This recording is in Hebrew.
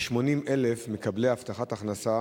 כ-80,000 מקבלי הבטחת הכנסה